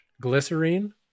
Glycerine